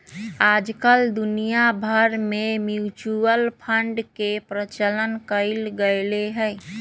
आजकल दुनिया भर में म्यूचुअल फंड के प्रचलन कइल गयले है